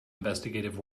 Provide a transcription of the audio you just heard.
investigative